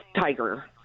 Tiger